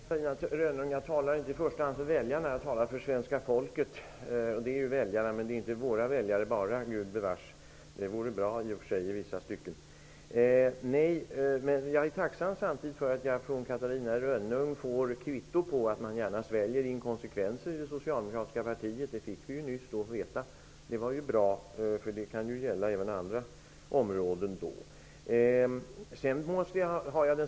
Fru talman! Jag talar inte i första hand för väljarna, Catarina Rönnung. Jag talar för svenska folket. Det är visserligen väljarna, men det är inte bara våra väljare -- gubevars; det vore i och för sig bra i vissa stycken. Jag är tacksam för att jag från Catarina Rönnung får kvitto på att man i det socialdemokratiska partiet gärna sväljer inkonsekvenser. Det fick vi nyss veta, och det var ju bra -- det kan ju då gälla även andra områden.